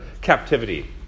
captivity